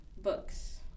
Books